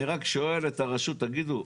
אני רק שואל את הרשות 'תגידו,